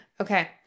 Okay